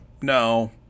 No